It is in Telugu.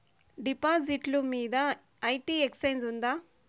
డిపాజిట్లు మీద ఐ.టి ఎక్సెంప్షన్ ఉందా?